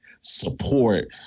support